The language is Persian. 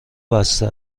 بسته